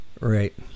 Right